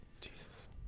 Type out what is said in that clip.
Jesus